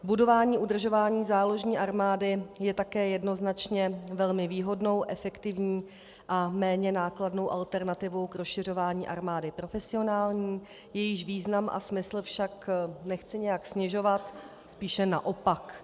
Budování, udržování záložní armády je také jednoznačně velmi výhodnou, efektivní a méně nákladnou alternativou k rozšiřování armády profesionální, jejíž význam a smysl však nechci nijak snižovat, spíše naopak.